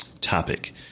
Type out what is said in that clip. topic